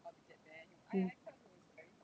mm